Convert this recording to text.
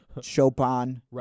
Chopin